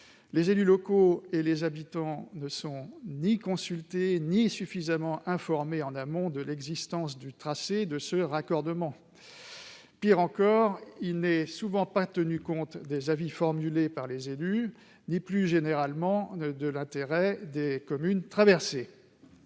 Les élus locaux et les habitants ne sont ni consultés ni suffisamment informés en amont de l'existence et du tracé du raccordement. Pis encore, il n'est souvent pas tenu compte des avis formulés par les élus ni, plus généralement, de l'intérêt des communes traversées.